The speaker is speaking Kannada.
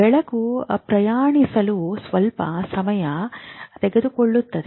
ಬೆಳಕು ಪ್ರಯಾಣಿಸಲು ಸ್ವಲ್ಪ ಸಮಯ ತೆಗೆದುಕೊಳ್ಳುತ್ತದೆ